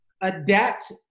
adapt